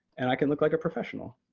and i can look like a professional.